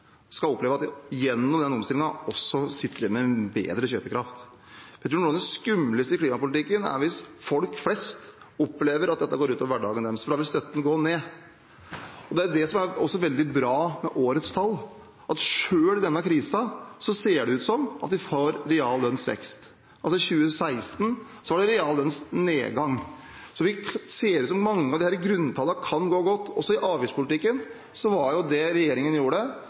skal oppleve at de gjennom omstillingen også sitter igjen med bedre kjøpekraft. Jeg tror noe av det skumleste i klimapolitikken er hvis folk flest opplever at dette går ut over hverdagen deres, for da vil støtten gå ned. Det er det som også er veldig bra med årets tall, at selv i denne krisen ser det ut til at vi har reallønnsvekst. I 2016 var det reallønnsnedgang. Det ser ut som at mange av grunntallene kan gå godt. I avgiftspolitikken var det regjeringen gjorde